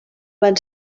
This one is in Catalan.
van